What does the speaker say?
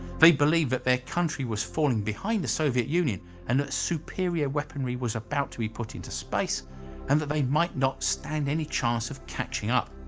they believed that their country was falling behind the soviet union and that superior weaponry was about to be put into space and that they might not stand any chance of catching up.